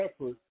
effort